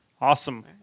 Awesome